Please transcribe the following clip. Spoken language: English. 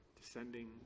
descending